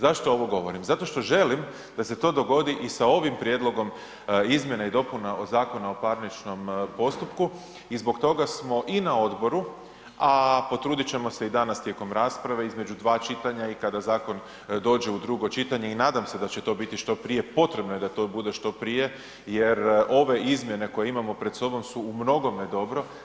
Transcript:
Zašto ovo govorim, zato što želim da se to dogodi i sa ovim prijedlogom izmjena i dopuna Zakona o parničnom postupku i zbog toga smo i na odboru, a potrudit ćemo se i danas tijekom rasprave između dva čitanja i kada zakon dođe u drugo čitanje i nadam se da će to biti što prije, potrebno je da to bude što prije, jer ove izmjene koje imamo pred sobom su u mnogome dobro.